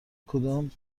کدام